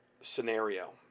scenario